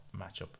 matchup